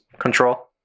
Control